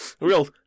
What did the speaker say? Real